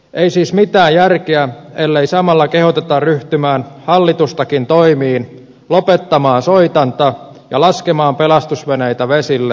ei siis mitään järkeä ellei samalla kehoteta ryhtymään hallitustakin toimiin lopettamaan soitanta ja laskemaan pelastusveneitä vesille